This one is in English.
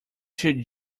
should